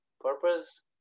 purpose